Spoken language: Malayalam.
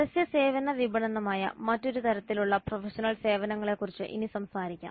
പരസ്യ സേവന വിപണനമായ മറ്റൊരു തരത്തിലുള്ള പ്രൊഫഷണൽ സേവനങ്ങളെ കുറിച്ച് ഇനി സംസാരിക്കാം